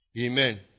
Amen